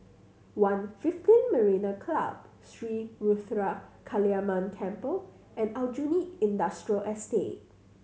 One fifteen Marina Club Sri Ruthra Kaliamman Temple and Aljunied Industrial Estate